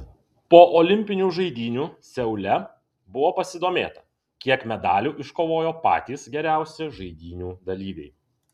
po olimpinių žaidynių seule buvo pasidomėta kiek medalių iškovojo patys geriausi žaidynių dalyviai